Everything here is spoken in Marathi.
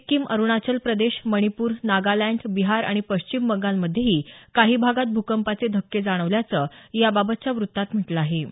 सिक्कीम अरुणाचल प्रदेश मणिपूर नागालँड बिहार आणि पश्चिम बंगालमध्येही काही भागात भूकंपाचे धक्के जाणवल्याचं याबाबतच्या वृत्तात म्हटलं आहे